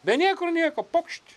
be niekur nieko pokšt